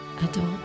adult